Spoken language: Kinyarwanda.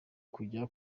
kujya